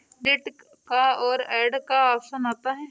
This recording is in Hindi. डिलीट का और ऐड का ऑप्शन आता है